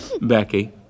Becky